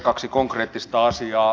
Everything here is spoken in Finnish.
kaksi konkreettista asiaa